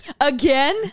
Again